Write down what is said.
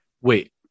Wait